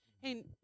Hey